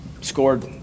scored